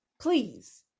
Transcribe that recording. please